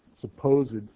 supposed